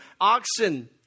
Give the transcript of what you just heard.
oxen